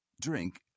Drink